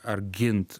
ar gint